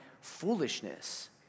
foolishness